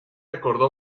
acordó